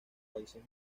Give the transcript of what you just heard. países